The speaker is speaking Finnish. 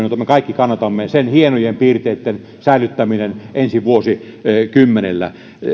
jota me kaikki kannatamme hienojen piirteitten säilyttäminen ensi vuosikymmenellä